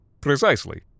precisely